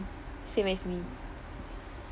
same as me